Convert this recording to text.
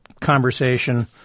conversation